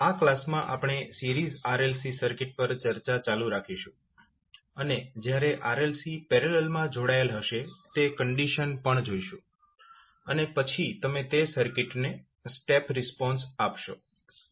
આ કલાસમાં આપણે સિરીઝ RLC સર્કિટ પર ચર્ચા ચાલુ રાખીશું અને જ્યારે RLC પેરેલલ માં જોડાયેલ હશે તે કંડીશન પણ જોઈશું અને પછી તમે તે સર્કિટને સ્ટેપ રિસ્પોન્સ આપશો